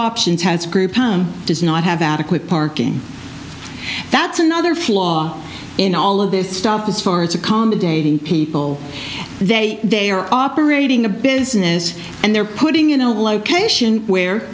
options has group does not have adequate parking that's another flaw in all of this stuff as far as accommodating people they they are operating a business and they're putting in a location where